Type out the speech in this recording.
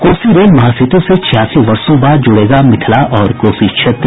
Kosi rail महासेतु से छियासी वर्षों बाद जुड़ेगा मिथिला और कोसी क्षेत्र